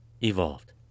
Evolved